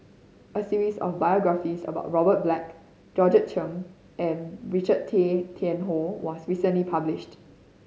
a series of biographies about Robert Black Georgette Chen and Richard Tay Tian Hoe was recently published